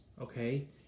Okay